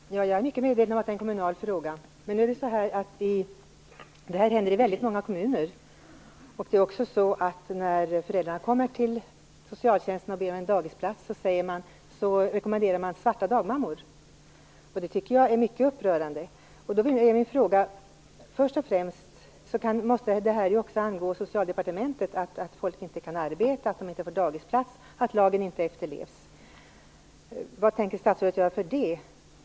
Fru talman! Jag är mycket medveten om att det är en kommunal fråga, men det här händer i väldigt många kommuner. När föräldrarna kommer till socialtjänsten och ber om en dagisplats rekommenderar man svarta dagmammor. Det tycker jag är mycket upprörande. Det måste ju också angå Socialdepartementet att folk inte kan arbeta, att de inte får dagisplats och att lagen inte efterlevs. Vad tänker statsrådet göra åt det?